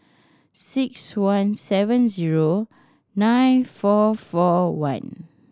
six one seven zero nine four four one